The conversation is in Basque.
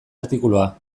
artikulua